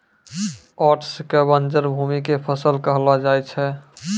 oats कॅ बंजर भूमि के फसल कहलो जाय छै